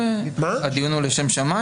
הדיון הוא לשם שמיים?